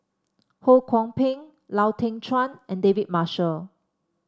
Ho Kwon Ping Lau Teng Chuan and David Marshall